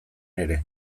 ere